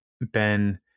ben